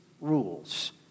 rules